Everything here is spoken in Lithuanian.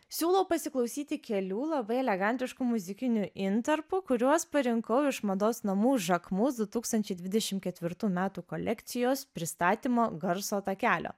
siūlau pasiklausyti kelių labai elegantiškų muzikinių intarpų kuriuos parinkau iš mados namų jacquemus du tūkstančiai dvidešim ketvirtų metų kolekcijos pristatymo garso takelio